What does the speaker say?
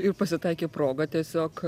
ir pasitaikė proga tiesiog